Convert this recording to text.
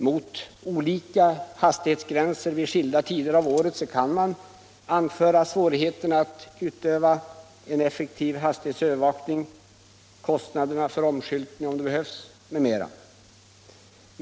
Mot olika hastighetsgränser vid skilda tider av året kan man anföra svårigheterna att utöva en effektiv hastighetsövervakning, kostnaderna för omskyltning m.m.